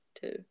two